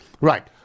Right